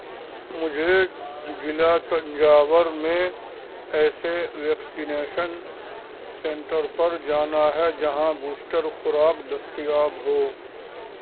مجھے ضلع تنجاور میں ایسے ویکسینیشن سینٹر پر جانا ہے جہاں بوسٹر خوراک دستیاب ہو